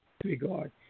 Regard